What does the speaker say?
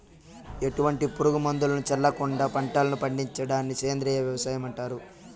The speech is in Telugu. ఎటువంటి పురుగు మందులను చల్లకుండ పంటలను పండించడాన్ని సేంద్రీయ వ్యవసాయం అంటారు